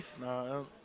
No